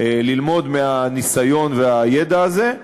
ללמוד מהניסיון והידע הזה,